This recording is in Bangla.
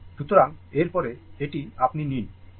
সুতরাং এরপরে এটি আপনি নিন